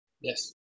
Yes